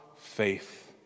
faith